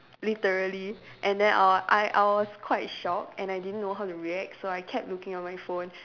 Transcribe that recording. literally and then I wa~ I I was quite shocked and I didn't know how to react so I kept looking on my phone